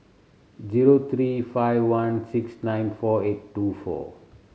zero three five one six nine four eight two four